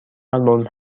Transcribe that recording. آلبوم